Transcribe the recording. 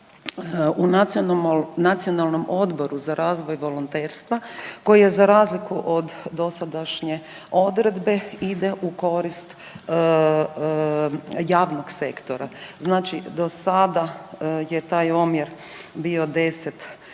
u Nacionalnom odboru za razvoj volonterstva koji je za razliku od dosadašnje odredbe ide u korist javnog sektora. Znači do sada je taj omjer bio 10:11.